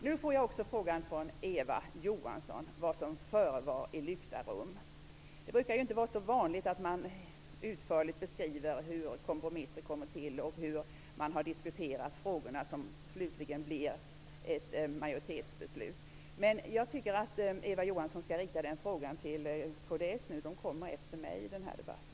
Nu har jag också fått frågan från Eva Johansson om vad som förevarit inom lyckta dörrar. Det brukar inte vara så vanligt att man utförligt beskriver hur kompromisser kommer till och hur man har diskuterat frågorna innan man slutligen kommer fram till ett majoritetsbeslut. Men jag tycker att Eva Johansson skall rikta den frågan till den av kds representanter som kommer efter mig i debatten.